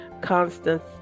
Constance